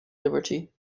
liberty